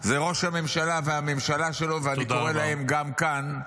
זה ראש הממשלה והממשלה שלו, ואני קורא להם גם כאן: